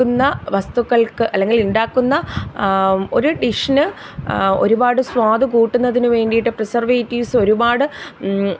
ക്കുന്ന വസ്തുക്കൾക്ക് അല്ലെങ്കിൽ ഉണ്ടാക്കുന്ന ഒരു ഡിഷിന് ഒരുപാട് സ്വാദ് കൂട്ടുന്നതിനുവേണ്ടിയിട്ട് പ്രിസർവേറ്റീവ്സ് ഒരുപാട്